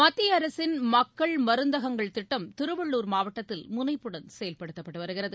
மத்திய அரசின் மக்கள் மருந்தகங்கள் திட்டம் திருவள்ளூர் மாவட்டத்தில் முனைப்புடன் செயல்படுத்தப்பட்டுவருகிறது